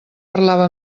parlava